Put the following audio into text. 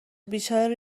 بیچاره